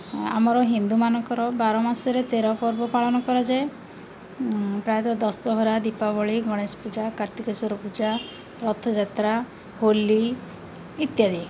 ଆମର ହିନ୍ଦୁମାନଙ୍କର ବାର ମାସରେ ତେର ପର୍ବ ପାଳନ କରାଯାଏ ପ୍ରାୟତଃ ଦଶହରା ଦୀପାବଳି ଗଣେଶ ପୂଜା କାର୍ତ୍ତିକେଶ୍ୱର ପୂଜା ରଥଯାତ୍ରା ହୋଲି ଇତ୍ୟାଦି